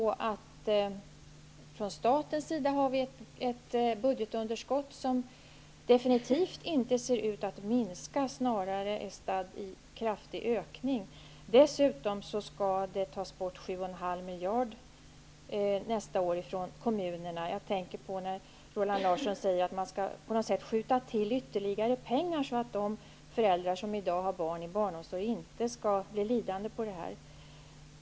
Staten har ett budgetunderskott som definitivt inte ser ut att minska utan snarare är statt i kraftig ökning. Nästa år skall dessutom 7,5 miljarder tas från kommunerna. Roland Larsson säger att man skall skjuta till ytterligare pengar så att de föräldrar som i dag har barn i barnomsorg inte skall bli lidande.